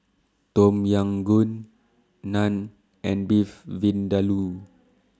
Tom Yam Goong Naan and Beef Vindaloo